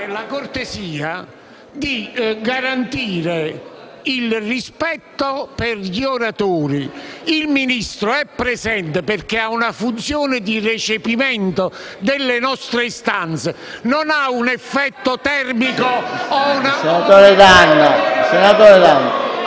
la cortesia di garantire il rispetto degli oratori. Il Ministro è presente perché ha una funzione di recepimento delle nostre istanze e non per produrre un effetto termico.